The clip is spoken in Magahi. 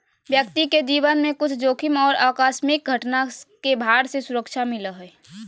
व्यक्ति के जीवन में कुछ जोखिम और आकस्मिक घटना के भार से सुरक्षा मिलय हइ